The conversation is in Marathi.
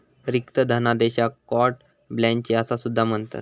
रिक्त धनादेशाक कार्टे ब्लँचे असा सुद्धा म्हणतत